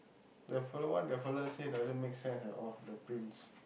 the fellow what the fellow say doesn't make sense at all the prince